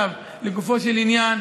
לגופו של עניין,